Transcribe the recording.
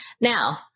Now